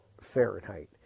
Fahrenheit